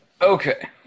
okay